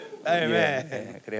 Amen